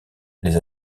les